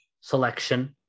selection